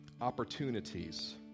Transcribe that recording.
opportunities